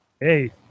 Hey